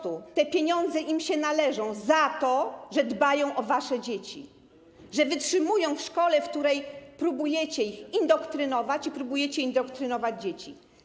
Te pieniądze po prostu im się należą za to, że dbają oni o wasze dzieci, że wytrzymują w szkole, w której próbujecie ich indoktrynować i próbujecie indoktrynować dzieci.